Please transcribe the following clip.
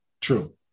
True